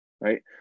right